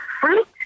fruit